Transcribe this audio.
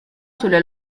sulle